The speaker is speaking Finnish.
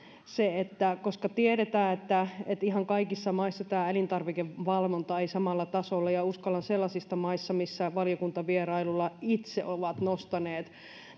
koska tiedetään että ihan kaikissa maissa tämä elintarvikevalvonta ei samalla tasolla ole ja uskallan nostaa sellaisista maista mitkä valiokuntavierailulla itse ovat nostaneet